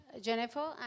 Jennifer